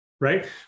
Right